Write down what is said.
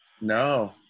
No